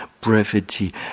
brevity